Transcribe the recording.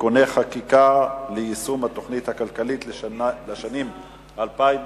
(תיקוני חקיקה ליישום התוכנית הכלכלית לשנים 2009 ו-2010)